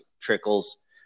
trickles